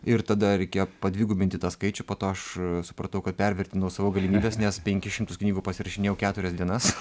ir tada reikėjo padvigubinti tą skaičių po to aš supratau kad pervertinau savo nes nes penkis šimtus knygų pasirašinėjau keturias dienas